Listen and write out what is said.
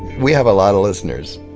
we have a lot of listeners.